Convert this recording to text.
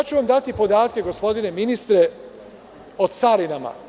Daću vam podatke, gospodine ministre, o carinama.